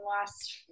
last